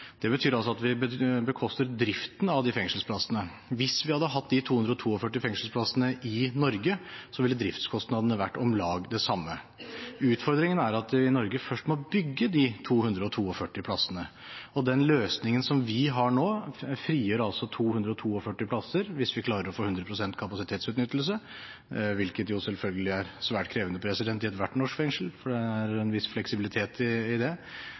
Det betyr altså at vi bekoster driften av de fengselsplassene. Hvis vi hadde hatt de 242 fengselsplassene i Norge, ville driftskostnadene vært om lag det samme. Utfordringen er at vi i Norge først må bygge de 242 plassene, og den løsningen som vi har nå, frigjør altså 242 plasser – hvis vi klarer å få 100 pst. kapasitetsutnyttelse, hvilket selvfølgelig er svært krevende i ethvert norsk fengsel, fordi det er en viss fleksibilitet i det.